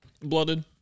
Blooded